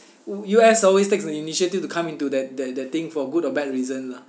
U_S always takes the initiative to come into that that that thing for good or bad reason lah